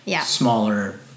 smaller